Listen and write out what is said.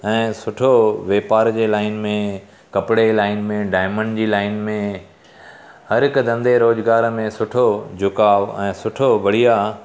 ऐं सुठो वापार जे लाइन में कपिड़े जी लाइन में डायमंड जी लाइन में हर हिकु धंधे रोज़गार में सुठो झुकाव ऐं सुठो बढ़िया